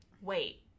Wait